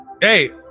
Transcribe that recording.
Hey